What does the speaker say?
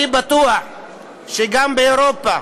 אני בטוח שגם באירופה